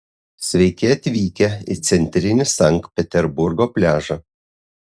sveiki atvykę į centrinį sankt peterburgo pliažą